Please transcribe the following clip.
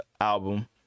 album